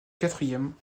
quatrième